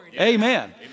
Amen